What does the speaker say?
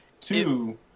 Two